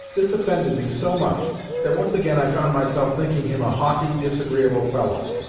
this offended me so much that once again i found myself thinking him a haughty, disagreeable fellow,